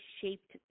shaped